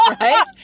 right